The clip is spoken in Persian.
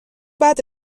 بعد